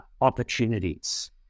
opportunities